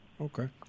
Okay